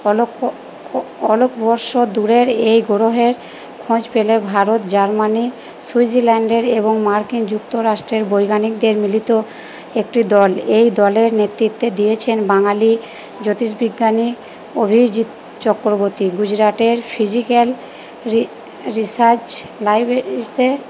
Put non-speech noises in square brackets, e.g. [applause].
[unintelligible] অলোকবর্ষ দূরের এই গ্রহের খোঁজ পেলো ভারত জার্মানি সুইজির ল্যন্ডের এবং মার্কিন যুক্তরাষ্ট্রের বৈজ্ঞানিকদের মিলিত একটি দল এই দলের নেতৃত্বে দিয়েছেন বাঙালি জ্যোতিষ বিজ্ঞানী অভিজিত চক্রবর্তী গুজরাটের ফিজিক্যাল রিসার্চ লাইব্রেরিতে